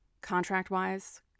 contract-wise